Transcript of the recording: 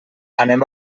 anem